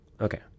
Okay